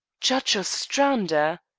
judge ostrander